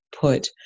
put